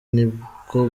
niko